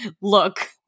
look